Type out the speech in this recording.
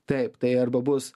taip tai arba bus